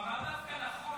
הוא אמר דווקא נכון,